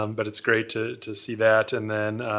um but it's great to to see that. and then,